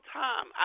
time